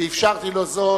ואפשרתי לו זאת,